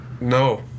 No